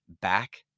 back